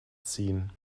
ziehen